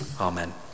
Amen